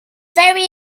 very